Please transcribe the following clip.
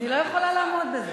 אני לא יכולה לעמוד בזה.